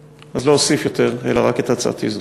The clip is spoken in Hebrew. אז לא אוסיף יותר, אלא רק את הצעתי זו.